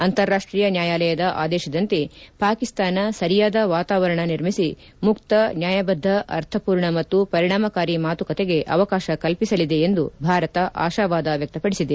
ಅಂತಾರಾಷ್ಕೀಯ ನ್ಯಾಯಾಲಯದ ಆದೇಶದಂತೆ ಪಾಕಿಸ್ತಾನ ಸರಿಯಾದ ವಾತಾವರಣ ನಿರ್ಮಿಸಿ ಮುಕ್ತ ನ್ನಾಯಬದ್ದ ಅರ್ಥಪೂರ್ಣ ಮತ್ತು ಪರಿಣಾಮಕಾರಿ ಮಾತುಕತೆಗೆ ಅವಕಾಶ ಕಲ್ಪಿಸಲಿದೆ ಎಂದು ಭಾರತ ಆಶಾವಾದ ವ್ಯಕ್ತಪಡಿಸಿದೆ